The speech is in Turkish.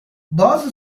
bazı